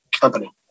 company